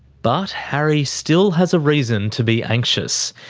but harry still has a reason to be anxious.